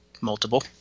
multiple